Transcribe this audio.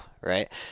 right